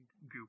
goop